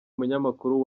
umunyamakuru